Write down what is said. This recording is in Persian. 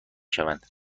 شوند